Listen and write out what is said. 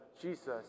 Jesus